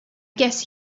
guess